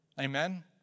Amen